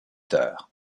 tard